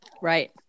Right